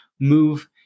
move